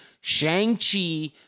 Shang-Chi